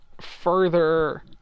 further